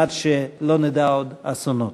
על מנת שלא נדע עוד אסונות.